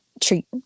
treat